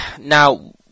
Now